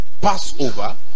passover